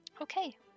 Okay